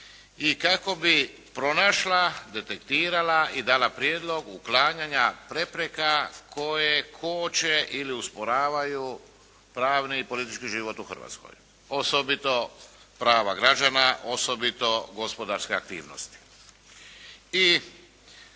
i kako bi pronašla, detektirala i dala prijedlog uklanjanja prepreka koje koče ili usporavaju pravni i politički život u Republici Hrvatskoj, osobito prava građana, osobito gospodarske aktivnosti.